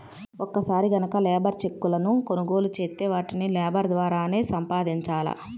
ఒక్కసారి గనక లేబర్ చెక్కులను కొనుగోలు చేత్తే వాటిని లేబర్ ద్వారానే సంపాదించాల